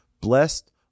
Blessed